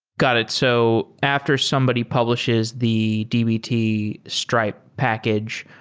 got it. so after somebody publishes the dbt stripe package,